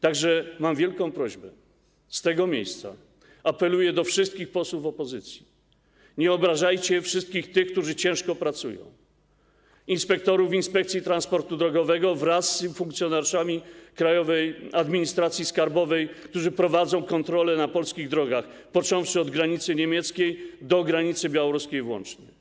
Tak że mam wielką prośbę, z tego miejsca apeluję do wszystkich posłów opozycji: nie obrażajcie wszystkich tych, którzy ciężko pracują, inspektorów Inspekcji Transportu Drogowego wraz z funkcjonariuszami Krajowej Administracji Skarbowej, którzy prowadzą kontrole na polskich drogach, od granicy niemieckiej do granicy białoruskiej włącznie.